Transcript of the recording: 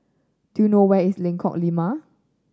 do you know where is Lengkong Lima